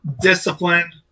disciplined